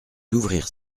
d’ouvrir